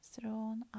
thrown